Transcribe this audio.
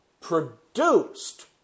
produced